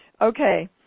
Okay